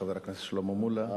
חבר הכנסת שלמה מולה,